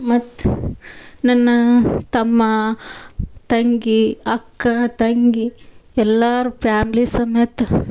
ಮತ್ತು ನನ್ನ ತಮ್ಮ ತಂಗಿ ಅಕ್ಕ ತಂಗಿ ಎಲ್ಲರೂ ಫ್ಯಾಮ್ಲಿ ಸಮೇತ